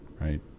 right